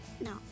No